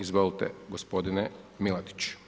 Izvolite gospodine Milatić.